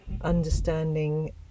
understanding